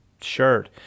shirt